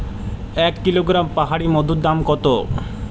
এক কিলোগ্রাম পাহাড়ী মধুর দাম কত?